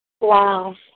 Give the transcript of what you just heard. Wow